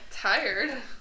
tired